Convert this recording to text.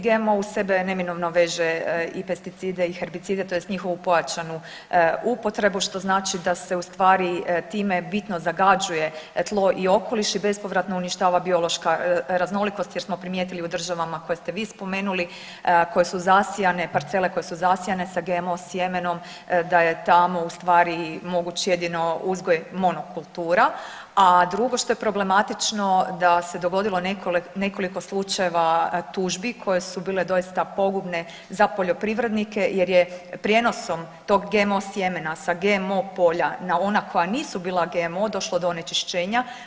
GMO uz sebe neminovno veže i pesticide i herbicide tj. njihovu pojačanu upotrebu što znači da se u stvari time bitno zagađuje tlo i okoliš i bespovratno uništava biološka raznolikost jer smo primijetili u državama koje ste vi spomenuli koje su zasijane, parcele koje su zasijane sa GMO sjemenom da je tamo u stvari moguć jedino uzgoj monokultura, a drugo što je problematično da se dogodilo nekoliko slučajeva tužbi koje su bile doista pogubne za poljoprivrednike jer je prijenosom tog GMO sjemena sa GMO polja na ona koja nisu bila GMO došlo do onečišćenja.